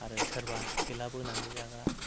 आरो सोरबा थेला बोनानै जाग्रा